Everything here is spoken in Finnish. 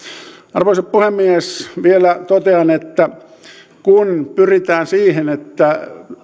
arvoisa puhemies vielä totean että kun pyritään siihen että